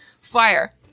Fire